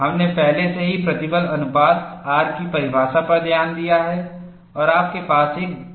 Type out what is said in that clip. हमने पहले से ही प्रतिबल अनुपात R की परिभाषा पर ध्यान दिया है और आपके पास एक ग्राफ है